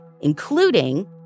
including